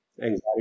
anxiety